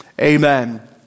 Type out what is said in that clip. Amen